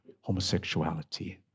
homosexuality